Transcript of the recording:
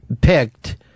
picked